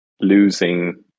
losing